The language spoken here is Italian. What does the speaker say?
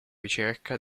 ricerca